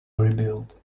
rebuilt